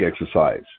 exercise